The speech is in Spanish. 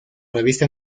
revista